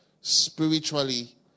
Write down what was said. spiritually